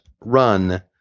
run